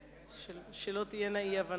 שלא תהיינה אי-הבנות.